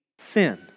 sin